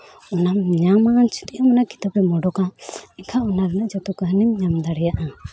ᱚᱱᱟᱢ ᱧᱟᱢᱟ ᱡᱩᱫᱤ ᱟᱢ ᱚᱱᱟ ᱠᱤᱛᱟᱹᱵᱮᱢ ᱚᱰᱳᱠᱟ ᱮᱱᱠᱷᱟᱱ ᱚᱱᱟ ᱨᱮᱜᱮ ᱡᱷᱚᱛᱚ ᱠᱟᱹᱦᱱᱤᱢ ᱧᱟᱢ ᱫᱟᱲᱮᱭᱟᱜᱼᱟ